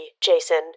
Jason